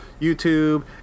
YouTube